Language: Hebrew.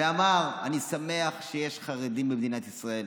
ואמר: אני שמח שיש חרדים במדינת ישראל,